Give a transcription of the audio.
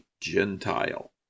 Gentile